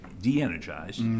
de-energized